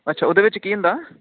ਅੱਛਾ ਉਹਦੇ ਵਿੱਚ ਕੀ ਹੁੰਦਾ